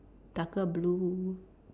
darker blue